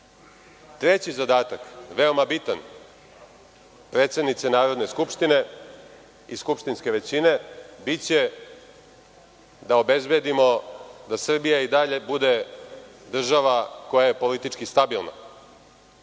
zadatak, veoma bitan predsednice Narodne skupštine i skupštinske većine, biće da obezbedimo da Srbija i dalje bude država koja je politički stabilna.